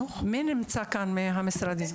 אני מציע כאן, יחד